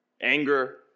anger